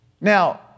Now